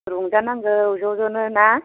रंजानांगौ ज' ज'नो ना